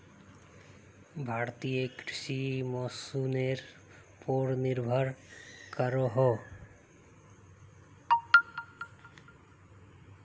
भारतीय कृषि मोंसूनेर पोर निर्भर करोहो